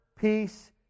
peace